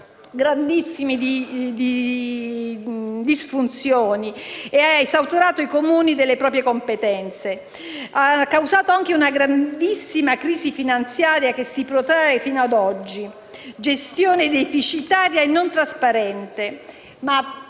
causato grandissime disfunzioni ed esautorato i Comuni delle proprie competenze, causando anche una notevole crisi finanziaria che si protrae fino ad oggi. La gestione è stata deficitaria e non trasparente, ma perlopiù